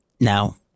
Now